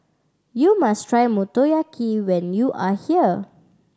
you must try Motoyaki when you are here